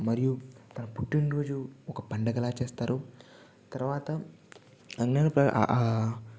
మరియు తన పుట్టినరోజు ఒక పండగలా చేస్తారు తర్వాత